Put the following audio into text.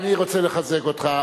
אני רוצה לחזק אותך.